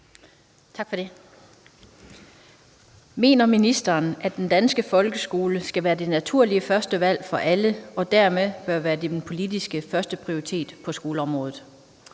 Mener ministeren, at den danske folkeskole skal være det naturlige førstevalg for alle og dermed bør være den politiske førsteprioritet på skoleområdet?